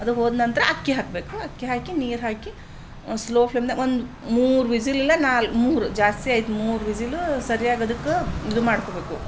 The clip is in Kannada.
ಅದು ಹೋದ ನಂತರ ಅಕ್ಕಿ ಹಾಕಬೇಕು ಅಕ್ಕಿ ಹಾಕಿ ನೀರು ಹಾಕಿ ಸ್ಲೋ ಫ್ಲೇಮ್ದಾಗ ಒಂದು ಮೂರು ವಿಸಿಲ್ ಇಲ್ಲ ನಾಲ್ಕು ಮೂರು ಜಾಸ್ತಿ ಆಯ್ತು ಮೂರು ವಿಸಿಲು ಸರಿಯಾಗಿ ಅದಕ್ಕೆ ಇದು ಮಾಡ್ಕೋಬೇಕು